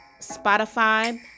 Spotify